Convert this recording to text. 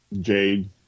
Jade